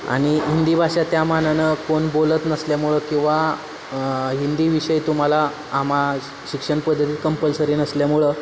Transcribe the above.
आणि हिंदी भाषा त्यामानानं कोण बोलत नसल्यामुळं किंवा हिंदीविषयी तुम्हाला आमा शिक्षणपद्धतीत कंपल्सरी नसल्यामुळं